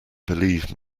believe